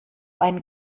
einen